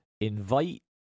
invite